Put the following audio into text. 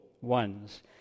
ones